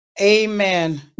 Amen